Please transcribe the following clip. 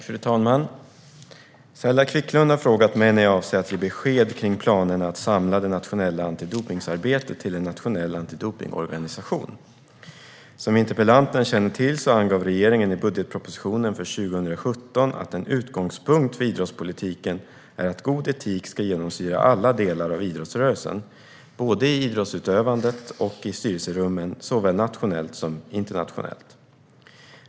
Fru talman! Saila Quicklund har frågat mig när jag avser att ge besked kring planerna att samla det nationella antidopningsarbetet till en nationell antidopningsorganisation. Som interpellanten känner till angav regeringen i budgetpropositionen för 2017 att en utgångspunkt för idrottspolitiken är att god etik ska genomsyra alla delar av idrottsrörelsen, både i idrottsutövandet och i styrelserummen, såväl nationellt som internationellt.